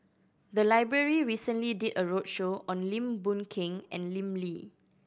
the library recently did a roadshow on Lim Boon Keng and Lim Lee